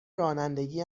رانندگی